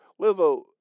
Lizzo